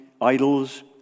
idols